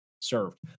served